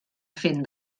fent